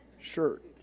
shirt